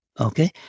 Okay